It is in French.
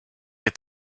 est